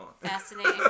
Fascinating